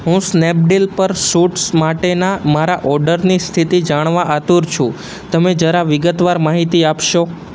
હું સ્નેપડીલ પર સુટ્સ માટેના મારા ઓર્ડરની સ્થિતિ જાણવા આતુર છું તમે જરા વિગતવાર માહિતી આપશો